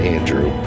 Andrew